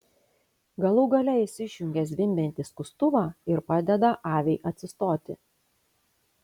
galų gale jis išjungia zvimbiantį skustuvą ir padeda aviai atsistoti